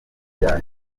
bya